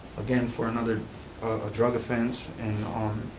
again, for another ah drug offense, and.